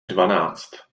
dvanáct